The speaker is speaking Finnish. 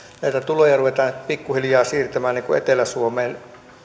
näitä tuloja ruvetaan pikkuhiljaa siirtämään etelä suomeen